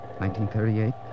1938